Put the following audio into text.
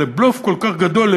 לבלוף כל כך גדול,